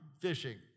fishing